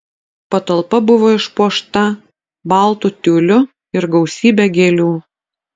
patalpa buvo išpuošta baltu tiuliu ir gausybe gėlių